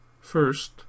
First